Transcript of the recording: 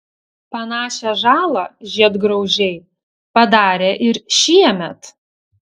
panašią žalą žiedgraužiai padarė ir šiemet